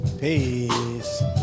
Peace